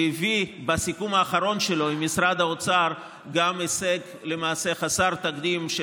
שהביא בסיכום האחרון שלו עם משרד האוצר הישג חסר תקדים של